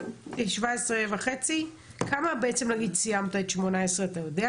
17.5, כמה סיימת את שנת 2018?